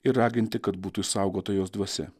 ir raginti kad būtų išsaugota jos dvasia